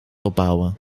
opbouwen